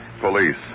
Police